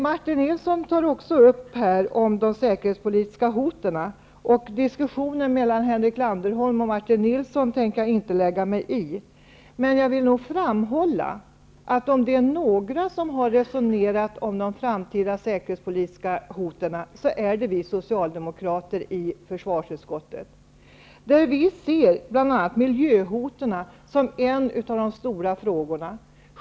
Martin Nilsson tar också upp de säkerhetspolitiska hoten. Diskussionen mellan Henrik Landerholm och Martin Nilsson tänker jag inte lägga mig i. Men jag vill nog framhålla att om det är några som har resonerat om de framtida säkerhetspolitiska hoten, så är det vi socialdemokrater i försvarsutskottet. Vi ser bl.a. miljöhoten som en av de stora frågorna.